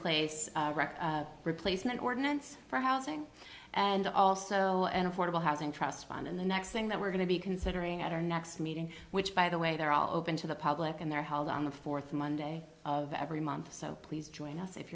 place a replacement ordinance for housing and also an affordable housing trust fund in the next thing that we're going to be considering at our next meeting which by the way they're all open to the public and they're held on the fourth monday of every month so please join us if